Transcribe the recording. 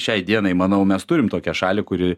šiai dienai manau mes turim tokią šalį kuri